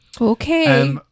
Okay